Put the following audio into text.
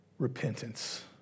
Repentance